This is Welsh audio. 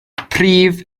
prif